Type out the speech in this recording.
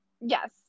Yes